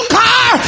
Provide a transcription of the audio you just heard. car